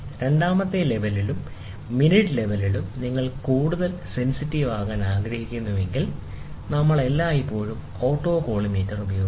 രണ്ടാമത്തെ ലെവലിലും മിനിറ്റ് ലെവലിലും നിങ്ങൾ കൂടുതൽ സെൻസിറ്റീവ് ആകാൻ ആഗ്രഹിക്കുന്നുവെങ്കിൽ നമ്മൾ എല്ലായ്പ്പോഴും ഓട്ടോകോളിമേറ്റർ ഉപയോഗിക്കുന്നു